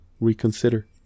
reconsider